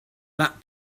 that